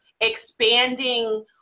expanding